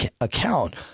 account